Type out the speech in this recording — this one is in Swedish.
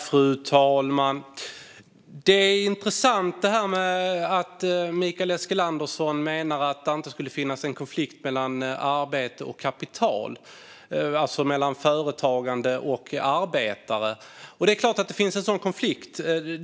Fru talman! Det är intressant att Mikael Eskilandersson menar att det inte skulle finnas en konflikt mellan arbete och kapital, alltså mellan företagande och arbetare. Det är klart att det finns en konflikt.